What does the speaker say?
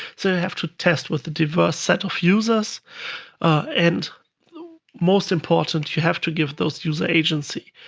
so i have to test with a diverse set of users, and most important you have to give those user agency.